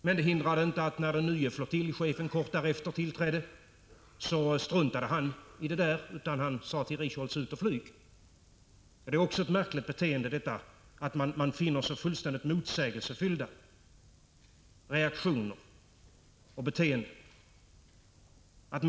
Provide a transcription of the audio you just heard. Men det hindrade inte att den nye flottiljchefen, när han kort därefter tillträdde, struntade i detta. Ut och flyg, sade han till Lennart Richholtz. Det är också märkligt att man finner så fullständigt motsägelsefyllda reaktioner och beteenden i denna affär.